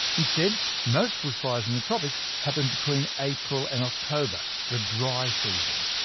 instead, most bushfires in the tropics happen between april and october the dry season.